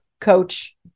coach